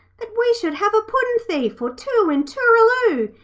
that we should have a puddin'-thief or two in tooraloo.